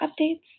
updates